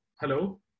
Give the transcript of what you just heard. Hello